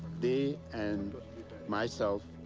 they and myself,